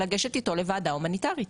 לגשת אתו לוועדה הומניטרית.